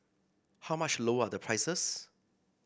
how much lower are the prices